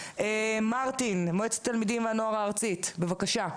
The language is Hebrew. מרטין, מועצת התלמידים והנוער הארצית, בבקשה.